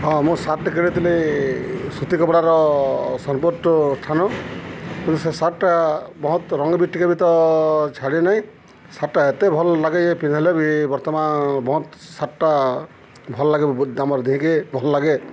ହଁ ମୁଁ ସାର୍ଟଟେ କିଣିଥିଲି ସୂତି କପଡ଼ାର ସୋନପୁରଠୁ କିନ୍ତୁ ସେ ସାର୍ଟଟା ବହୁତ ରଙ୍ଗ ବି ଟିକେ ବି ତ ଛାଡ଼ି ନାହିଁ ସାର୍ଟଟା ଏତେ ଭଲ ଲାଗେ ଯେ ପିନ୍ଧିଲେ ବି ବର୍ତ୍ତମାନ ବହୁତ ସାର୍ଟଟା ଭଲ ଲାଗେ ଦାମର ଦେଇକିଁ ଭଲ ଲାଗେ